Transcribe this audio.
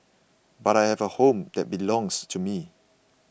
but I have a home that belongs to me